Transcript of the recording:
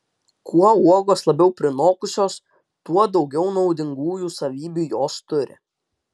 kuo uogos labiau prinokusios tuo daugiau naudingųjų savybių jos turi